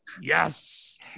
Yes